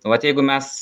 vat jeigu mes